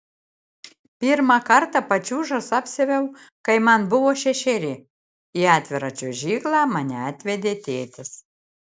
pirmą kartą pačiūžas apsiaviau kai man buvo šešeri į atvirą čiuožyklą mane atvedė tėtis